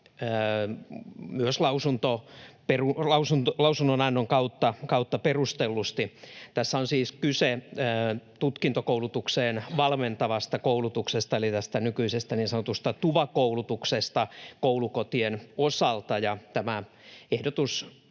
myös lausunnonannon kautta perustellusti. Tässä on siis kyse tutkintokoulutukseen valmentavasta koulutuksesta eli nykyisestä niin sanotusta TUVA-koulutuksesta koulukotien osalta.